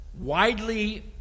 widely